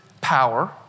power